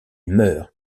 meurt